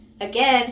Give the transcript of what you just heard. again